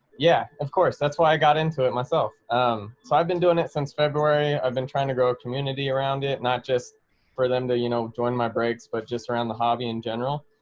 yeah, of course. that's why i got into it myself. so i've been doing it since february. i've been trying to grow a community around it. not just for them to you know, join my breaks, but just around the hobby in general,